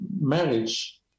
marriage